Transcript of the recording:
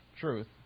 truth